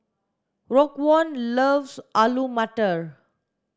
Raekwon loves Alu Matar